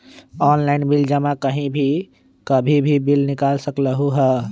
Online bill जमा कहीं भी कभी भी बिल निकाल सकलहु ह?